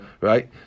right